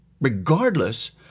regardless